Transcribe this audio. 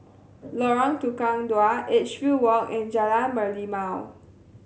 Lorong Tukang Dua Edgefield Walk and Jalan Merlimau